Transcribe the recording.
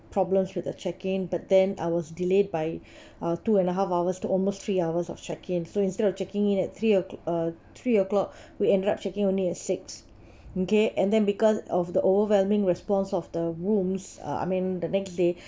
problems with the check in but then I was delayed by uh two and a half hours to almost three hours of check in so instead of checking in at three o~ uh three o'clock we ended up check in only at six okay and then because of the overwhelming response of the rooms uh I mean the next day